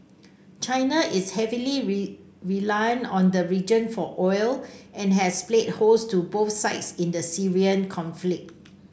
china is heavily reliant on the region for oil and has played host to both sides in the Syrian conflict